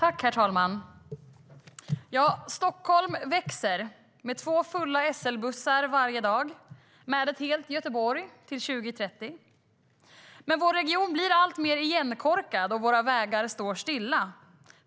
Herr talman! Stockholm växer med två fulla SL-bussar varje dag och med ett helt Göteborg till 2030. Men vår region blir alltmer igenkorkad, och våra vägar står stilla.